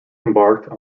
embarked